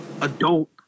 adult